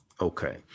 Okay